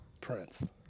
Prince